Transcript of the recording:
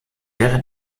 wäre